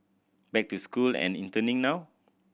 back to school and interning now